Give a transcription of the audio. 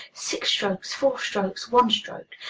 six strokes, four strokes, one stroke,